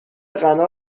غنا